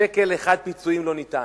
ושקל אחד פיצויים לא ניתן.